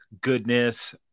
goodness